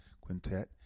quintet